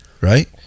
Right